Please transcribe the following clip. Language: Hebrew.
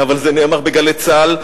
אבל זה נאמר ב"גלי צה"ל",